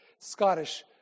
Scottish